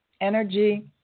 energy